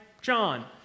John